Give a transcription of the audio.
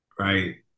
right